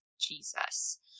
Jesus